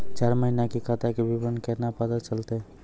चार महिना के खाता के विवरण केना पता चलतै?